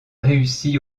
réussit